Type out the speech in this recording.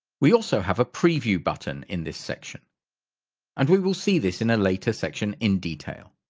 we also have a preview button in this section and we will see this in a later section in detail.